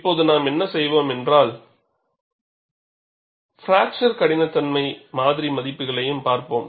இப்போது நாம் என்ன செய்வோம் பிராக்சர் கடினத்தன்மையின் மாதிரி மதிப்புகளையும் பார்ப்போம்